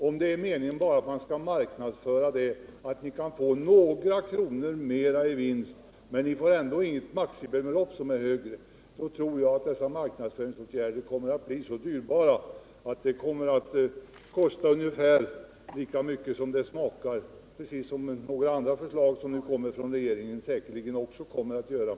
Om det är meningen att man skall satsa på marknadsföring bara för att få några kronor mer i vinst utan att få ett högre maximibelopp, tror jag att dessa marknadsföringsåtgärder kommer att kosta ungefär lika mycket som de smakar — precis som många andra förslag från regeringen säkerligen också kommer att göra.